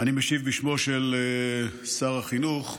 אני משיב בשמו של שר החינוך,